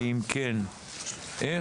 ואם כן איך?